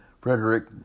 Frederick